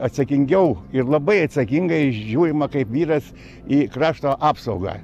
atsakingiau ir labai atsakingai žiūrima kaip vyras į krašto apsaugą